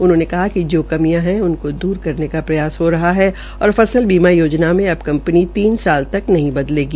उन्होंने कहा कि जो कमियों है उनको दूर दूर करने का प्रयास हो रहा है और फसल बीमा योजना के अब कंपनी तीन साल तक नहीं बदलेगी